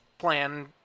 plan